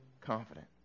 confident